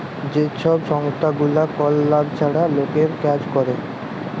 যে ছব সংস্থাগুলা কল লাভ ছাড়া লকের কাজ ক্যরে